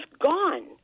gone